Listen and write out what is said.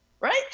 right